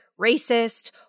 racist